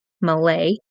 Malay